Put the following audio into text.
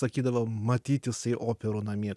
sakydavo matyt jisai operų namie